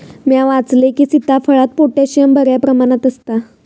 म्या वाचलंय की, सीताफळात पोटॅशियम बऱ्या प्रमाणात आसता